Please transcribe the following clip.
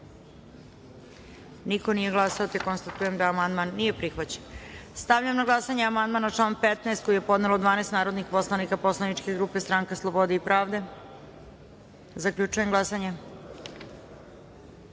Niko nije glasao. Konstatujem da amandman nije prihvaćen. Stavljam na glasanje amandman na član 15. koji je podelo 12 narodnih poslanika Poslaničke grupe Stranka slobode i pravde. Zaključujem glasanje: